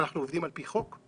אנחנו עובדים על פי חוק,